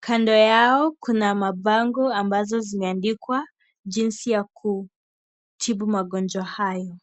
kando yao kuna mabango ambazo zimeandikwa jinsi ya kutibu magonjwa hayo.